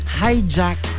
hijack